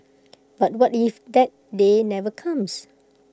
but what if that day never comes